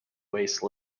waste